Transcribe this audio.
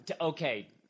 Okay